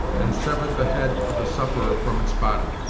and severed the head of the sufferer from its body.